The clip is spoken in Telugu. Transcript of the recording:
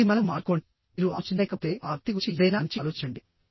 మీ మనసు మార్చుకోండి మీరు ఆలోచించలేకపోతే ఆ వ్యక్తి గురించి ఏదైనా మంచి ఆలోచించండి